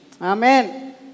Amen